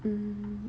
mm